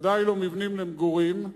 בוודאי לא מבנים למגורים,